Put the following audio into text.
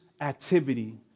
activity